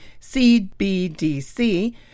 CBDC